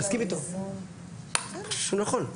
נכון.